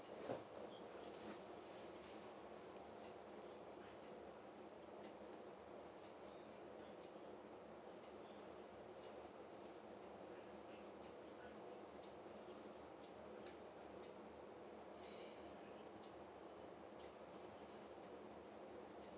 two two okay mm yes